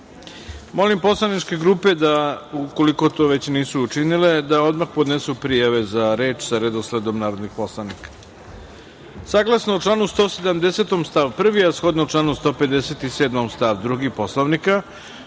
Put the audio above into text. poslaničke grupe da ukoliko to već nisu učinile da odmah podnesu prijave za reč sa redosledom narodnih poslanika. Saglasno